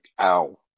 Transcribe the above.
ow